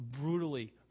brutally